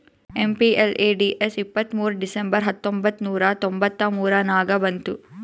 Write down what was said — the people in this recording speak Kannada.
ಎಮ್.ಪಿ.ಎಲ್.ಎ.ಡಿ.ಎಸ್ ಇಪ್ಪತ್ತ್ಮೂರ್ ಡಿಸೆಂಬರ್ ಹತ್ತೊಂಬತ್ ನೂರಾ ತೊಂಬತ್ತ ಮೂರ ನಾಗ ಬಂತು